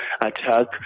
attack